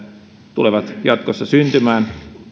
tulevat jatkossa syntymään